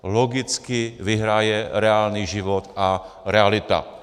Logicky vyhraje reálný život a realita.